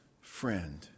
friend